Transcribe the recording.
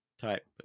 type